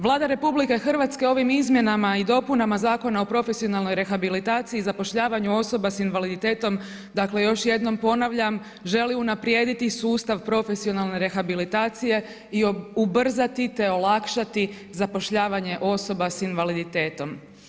Vlada RH ovim izmjenama i dopunama Zavoda za vještačenje, profesionalnu rehabilitaciju i zapošljavanje osoba s invaliditetom dakle još jednom ponavljam, želi unaprijediti sustav profesionalne rehabilitacije i ubrzati te olakšati zapošljavanje osoba s invaliditetom.